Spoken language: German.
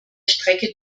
strecke